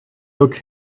look